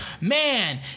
man